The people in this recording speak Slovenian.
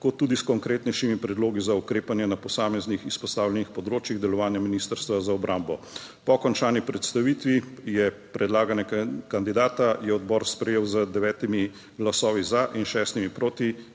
kot tudi s konkretnejšimi predlogi za ukrepanje na posameznih izpostavljenih področjih delovanja Ministrstva za obrambo. Po končani predstavitvi je predlaganega kandidata je odbor sprejel z devetimi glasovi za in šestimi proti.